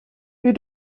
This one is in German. wir